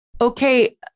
Okay